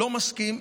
לא מסכים,